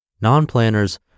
Non-planners